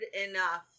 enough